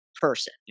person